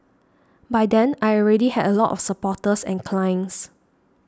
by then I already had a lot of supporters and clients